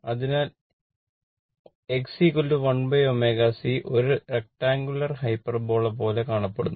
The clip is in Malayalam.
അതിനാൽ XC1ω C ഒരു റെക്ടൻഗുലര് ഹൈപ്പർബോള പോലെ കാണപ്പെടുന്നു